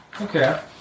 Okay